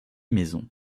maisons